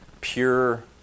pure